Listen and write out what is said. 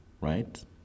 right